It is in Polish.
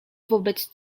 wobec